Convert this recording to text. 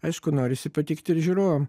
aišku norisi patikti ir žiūrovam